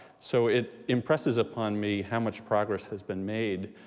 so it impresses upon me how much progress has been made,